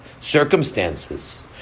circumstances